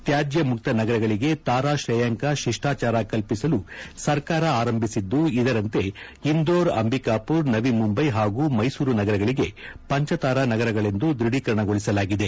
ತ್ಯಾಜ್ಯ ಮುಕ್ತ ನಗರಗಳಿಗೆ ತಾರಾ ಶ್ರೇಯಾಂಕ ಶಿಷ್ಟಾಚಾರ ಕಲ್ಪಿಸಲು ಸರ್ಕಾರ ಆರಂಭಿಸಿದ್ದು ಇದರಂತೆ ಇಂದೋರ್ ಅಂಬಿಕಾಪುರ್ ನವಿಮುಂಬೈ ಹಾಗೂ ಮೈಸೂರು ನಗರಗಳಿಗೆ ಪಂಚತಾರಾ ನಗರಗಳೆಂದು ದ್ವಧೀಕರಣಗೊಳಿಸಲಾಗಿದೆ